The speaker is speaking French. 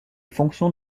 fonctions